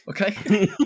okay